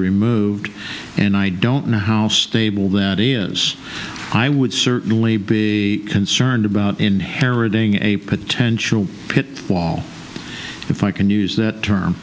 removed and i don't know how stable that is i would certainly be concerned about inheriting a potential pit wall if i can use that term